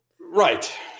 right